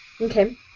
Okay